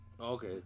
Okay